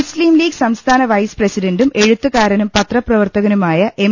മുസ്ലീംലീഗ് സംസ്ഥാന വൈസ് പ്രസിഡന്റും എഴുത്തുകാരനും പത്ര പ്രവർത്തകനുമായ എം